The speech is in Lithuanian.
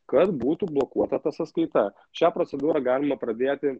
kad būtų blokuota ta sąskaita šią procedūrą galima pradėti